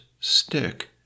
stick